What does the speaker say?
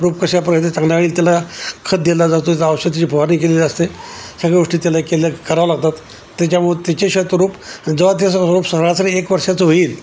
रोप कशापर्यंत चांगल्या त्याला खत दिला जातो औषधाची फवारणी केलेली असते सगळ्या गोष्टी त्याला केल्या करावं लागतात त्याच्यामुळे त्याच्याशिवाय तो रोप जेव्हा त्या रोप सरासरी एक वर्षाचं होईल